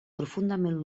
profundament